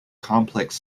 complex